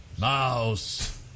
Mouse